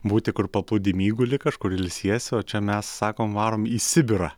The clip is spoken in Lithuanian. būti kur paplūdimy guli kažkur ilsiesi o čia mes sakom varom į sibirą